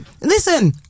listen